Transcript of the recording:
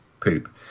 poop